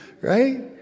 right